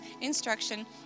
instruction